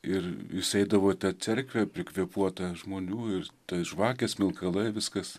ir jis eidavo į tą cerkvę prikvėpuotą žmonių ir tai žvakės smilkalai viskas